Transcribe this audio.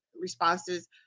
responses